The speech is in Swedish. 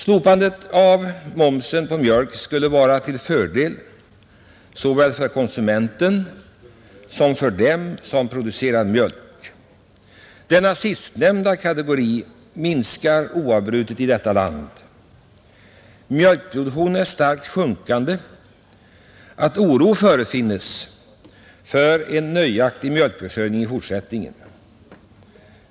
Slopandet av momsen på mjölk skulle vara till fördel såväl för konsumenten som för dem som producerar mjölk. Denna sistnämnda kategori minskar oavbrutet i detta land. Mjölkproduktionen är så starkt sjunkande att oro förefinnes för möjligheterna att upprätthålla en nöjaktig mjölkförsörjning i fortsättningen.